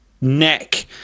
neck